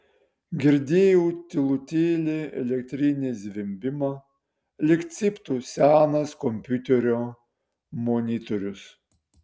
girdėjau tylutėlį elektrinį zvimbimą lyg cyptų senas kompiuterio monitorius